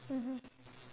mmhmm